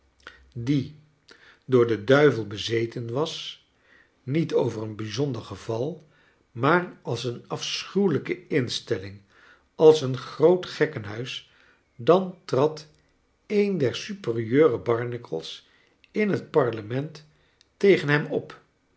die door den charles dickens klftine oorrit charles dickens duivel bezeten was niet over een bij zander geval maar als een afschuwelijke instelling als een groot gekkenhuis dan trad een der superieure barnacles in hot farlerncnt tegen hem op